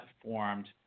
formed